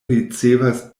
ricevas